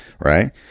right